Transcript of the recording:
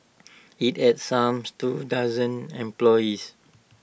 IT had some two dozen employees